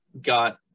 got